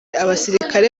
abasirikare